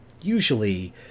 usually